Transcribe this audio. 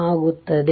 ಆಗುತ್ತದೆ